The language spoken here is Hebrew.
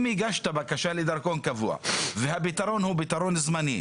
אם הגשת בקשה לדרכון קבוע והפתרון הוא פתרון זמני,